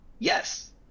Yes